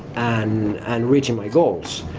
and and reaching my goals.